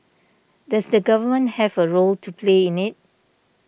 does the government have a role to play in it